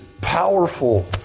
powerful